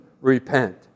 repent